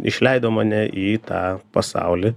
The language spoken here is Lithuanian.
išleido mane į tą pasaulį